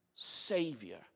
savior